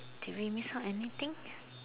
did we miss out anything